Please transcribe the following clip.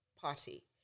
party